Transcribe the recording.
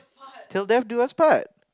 till death do us part